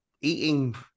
eating